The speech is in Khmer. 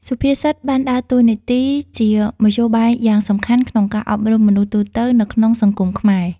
សុភាសិតបានដើរតួនាទីជាមធ្យោបាយយ៉ាងសំខាន់ក្នុងការអប់រំមនុស្សទូទៅនៅក្នុងសង្គមខ្មែរ។